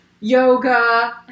yoga